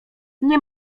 nie